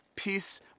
peace